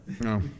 no